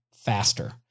faster